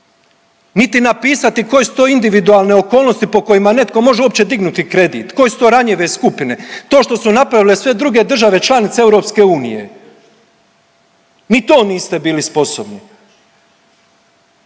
niti napisati koje su to individualne okolnosti po kojima netko uopće može dignuti kredit, koje su to ranjive skupine, to što su napravile sve druge države članice EU. Ni to niste bili sposobni.